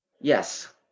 Yes